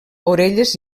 orelles